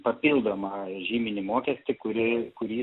papildomą žyminį mokestį kurį kurį